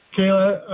Kayla